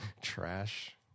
Trash